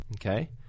Okay